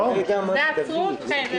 עצרו אתכם.